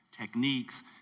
techniques